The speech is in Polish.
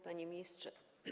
Panie Ministrze!